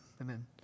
Amen